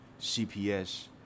CPS